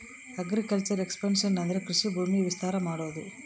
agriculture expansion ಅಂದ್ರೆ ಕೃಷಿ ಭೂಮಿನ ವಿಸ್ತಾರ ಮಾಡೋದು